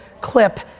clip